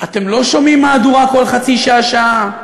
אתם לא שומעים מהדורה כל חצי שעה, שעה?